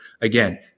again